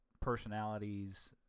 personalities